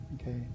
Okay